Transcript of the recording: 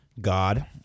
God